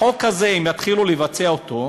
החוק הזה, אם יתחילו לבצע אותו,